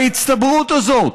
בהצטברות הזאת,